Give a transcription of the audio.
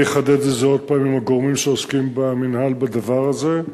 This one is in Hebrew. אני אחדד את זה עוד הפעם עם הגורמים שעוסקים במינהל בדבר הזה.